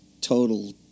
total